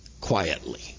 quietly